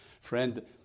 Friend